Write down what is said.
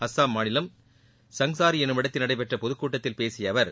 அஸ்ஸாம் மாநிலம் சங்சாரிஎன்னுமிடத்தில் நடைபெற்றபொதுக்கூட்டத்தில் பேசியஅவர்